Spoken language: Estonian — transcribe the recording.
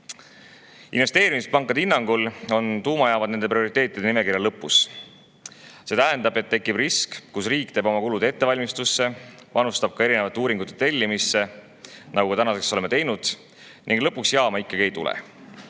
Investeerimispankade teatel on tuumajaamad nende prioriteetide nimekirja lõpus. See tähendab, et tekib risk, et riik teeb kulutusi ettevalmistusele, panustab ka erinevate uuringute tellimisse, nagu me tänaseks oleme teinud, ning lõpuks jaama ikkagi ei tule.